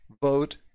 vote